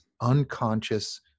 unconscious